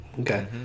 okay